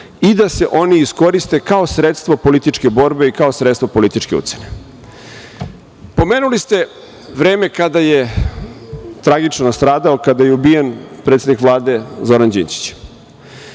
i da se oni iskoriste kao sredstvo političke borbe i kao sredstvo političke ucene. Pomenuli ste vreme kada je tragično nastradao i ubijen predsednik Vlade Zoran Đinđić,